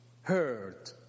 heard